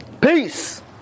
peace